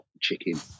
chicken